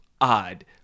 odd